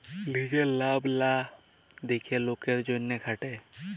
লিজের লাভ লা দ্যাখে লকের জ্যনহে খাটে